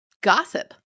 gossip